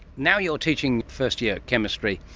now you're teaching first year chemistry,